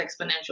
exponential